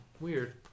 weird